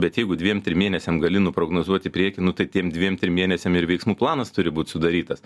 bet jeigu dviem trim mėnesiam gali nuprognozuot į priekį nu tai tiems dviem trim mėnesiams ir veiksmų planas turi būt sudarytas